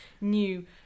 new